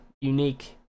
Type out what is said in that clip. unique